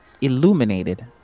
illuminated